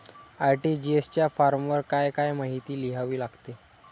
RTGS च्या फॉर्मवर काय काय माहिती लिहावी लागते?